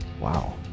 Wow